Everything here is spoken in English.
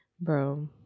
bro